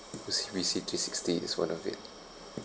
O_C_B_C_ three-sixty is one of it